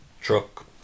truck